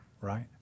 right